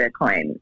Bitcoin